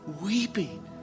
weeping